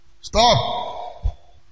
Stop